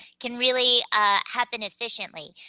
can really ah happen efficiently.